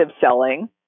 selling